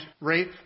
rape